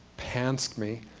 pantsed me